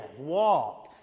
walk